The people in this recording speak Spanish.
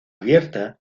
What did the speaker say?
abierta